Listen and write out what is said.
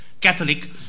Catholic